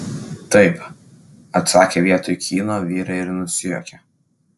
taip atsakė vietoj kyno vyrai ir nusijuokė